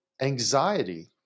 Anxiety